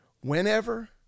whenever